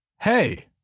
Hey